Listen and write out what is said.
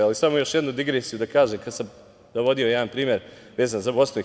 Samo još jednu digresiju da kažem, kad sam navodio jedan primer vezan za BiH.